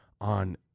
on